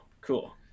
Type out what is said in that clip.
cool